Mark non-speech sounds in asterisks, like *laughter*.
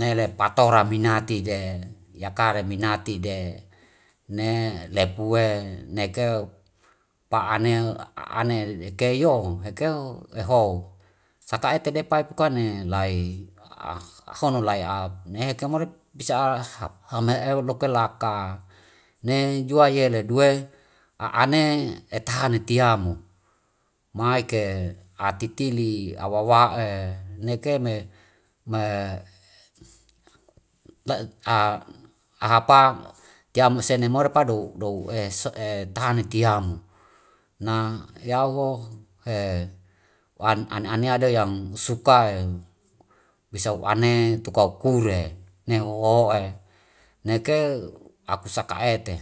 nele patora minati de yakari minati de. Ne lepue nekeo pa aneo keyo hekeu ehou saka eke depai pukane lai ahonon lai *hesitation* nehe *hesitation* bisa hamaeu loke laka nei juwai yele due a'ane eta hane tiamo maike atitili awawa'e nekeme *hesitation* ahapa tiamo sene more pado dou *hesitation* tahane tiamu. Na yauho he wan ane anea da yang sukae wisau ane tuka kau kure ne hoho'e neke aku saka ete.